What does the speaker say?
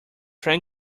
train